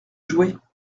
jouer